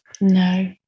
No